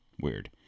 Weird